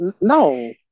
No